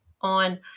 on